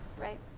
Right